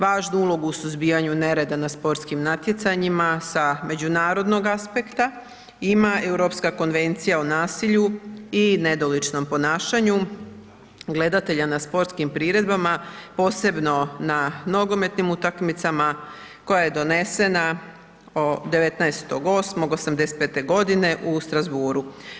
Važnu ulogu u suzbijanju nereda na sportskim natjecanjima sa međunarodnog aspekta ima Europska konvencija o nasilju i nedoličnom ponašanju gledatelja na sportskim priredbama, posebno na nogometnim utakmicama koja je donesena 19. 8. 1985. g. u Strasbourgu.